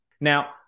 Now